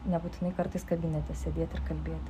nebūtinai kartais kabinete sėdėt kalbėti